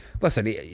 listen